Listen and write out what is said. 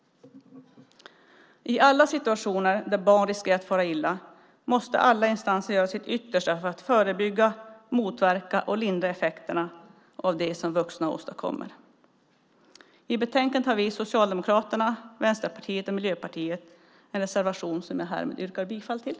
I alla situationer där barn riskerar att fara illa måste alla instanser göra sitt yttersta för att förebygga, motverka och lindra effekterna av det som vuxna åstadkommer. I betänkandet har vi, Socialdemokraterna, Vänsterpartiet och Miljöpartiet, en reservation som jag härmed yrkar bifall till.